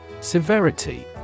Severity